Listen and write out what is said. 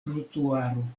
trotuaro